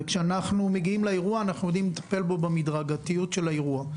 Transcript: וכשאנחנו מגיעים לאירוע אנחנו יודעים לטפל בו במדרגתיות של האירוע.